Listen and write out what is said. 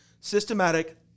systematic